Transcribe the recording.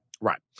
Right